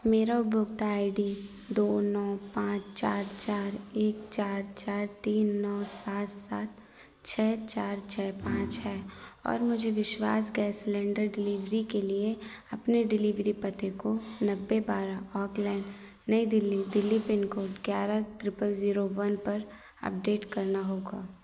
मेरा उपभोक्ता I D दो नौ पाँच चार चार एक चार चार तीन नौ सात सात छः चार छः पाँच है और मुझे विश्वास गैस सिलेंडर डिलीवरी के लिए अपने डिलीवरी पते को नब्बे बारह ओक लेन नई दिल्ली दिल्ली पिन कोड ग्यारह ट्रिपल जीरो वन पर अपडेट करना होगा